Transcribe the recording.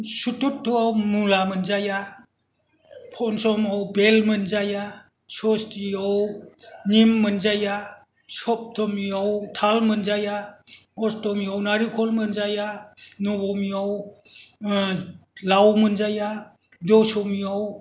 चतुर्थआव मुला मोनजाया पन्चमाव बेल मोनजाया सस्थियाव निम मोनजाया सप्तमियाव ताल मोनजाया अस्तमियाव नारेंखल मोनजाया नबमियाव लाव मोनजाया दशमियाव